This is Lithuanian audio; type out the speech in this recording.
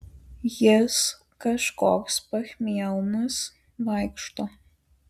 jis kažkoks pachmielnas vaikšto